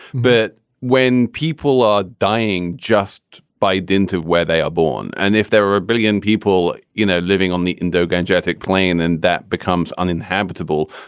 but when people are dying just by dint of where they are born, and if there were a billion people, you know, living on the and doga angelic plane and that becomes uninhabitable,